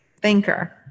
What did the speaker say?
thinker